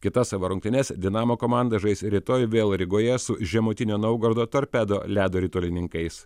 kitas savo rungtynes dinamo komanda žais rytoj vėl rygoje su žemutinio naugardo torpedo ledo ritulininkais